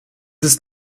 ist